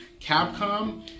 Capcom